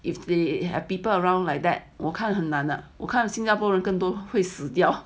if they have people around like that 我看很难的我看新加坡跟多人会死掉